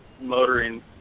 motoring